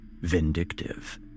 vindictive